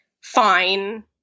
fine